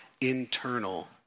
internal